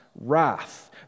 wrath